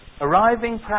arriving